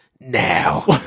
now